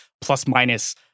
plus-minus